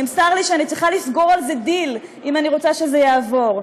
נמסר לי שאני צריכה לסגור על זה דיל אם אני רוצה שזה יעבור.